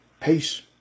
peace